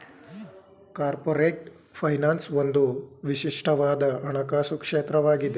corporate finance ಒಂದು ವಿಶಿಷ್ಟವಾದ ಹಣಕಾಸು ಕ್ಷೇತ್ರವಾಗಿದೆ